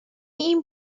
این